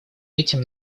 этим